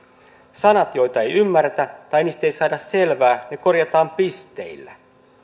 sanat joita ei ymmärretä tai joista ei saada selvää korvataan pisteillä